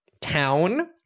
town